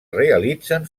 realitzen